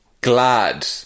glad